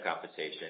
compensation